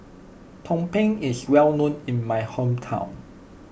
Tumpeng is well known in my hometown